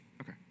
okay